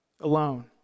alone